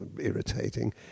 irritating